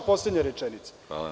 Poslednja rečenica.